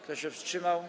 Kto się wstrzymał?